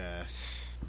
Yes